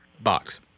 Box